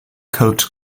coat